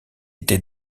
était